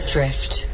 Drift